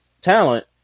talent